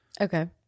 Okay